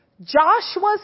Joshua's